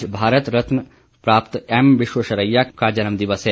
आज भारत रत्न प्राप्त एम विश्वेश्वरैया का जन्म दिवस है